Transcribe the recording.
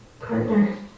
partner